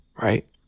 right